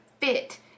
fit